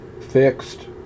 fixed